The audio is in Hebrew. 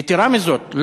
יתרה מזאת,